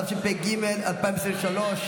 התשפ"ג 2023,